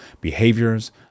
behaviors